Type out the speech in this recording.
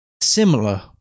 similar